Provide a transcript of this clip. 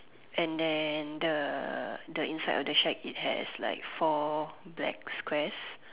and then the the inside of the shack it has like four black squares